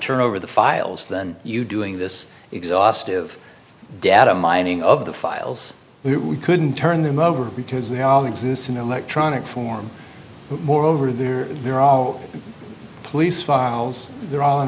turn over the files then you doing this exhaustive data mining of the files we couldn't turn them over because they all exist in electronic form more over there they're all police files they're all